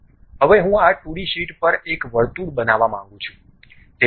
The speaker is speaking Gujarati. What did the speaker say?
હવે હું આ 2 ડી શીટ પર એક વર્તુળ બાંધવા માંગુ છું